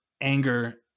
anger